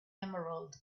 emerald